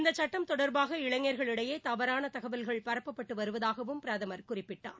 இந்த சுட்டம் தொடர்பாக இளைஞர்களிடையே தவறான தகவல்கள் பரப்பப்பட்டு வருவதாகவும் பிரதமர் குறிப்பிட்டார்